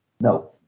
No